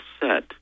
set